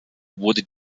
wurde